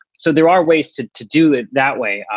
so there are ways to to do it that way. ah